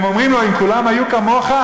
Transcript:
והם אומרים לו: אם כולם היו כמוך,